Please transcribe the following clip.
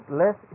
less